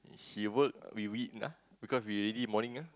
he work we win ah because we already morning ah